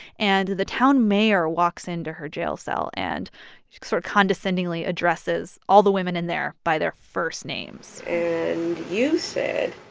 and the town mayor walks into her jail cell and sort of condescendingly addresses all the women in there by their first names and you said.